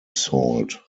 salt